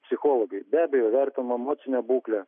psichologai be abejo vertina emocinę būklę